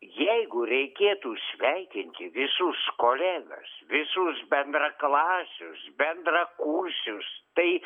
jeigu reikėtų sveikinti visus kolegas visus bendraklasius bendrakursius tai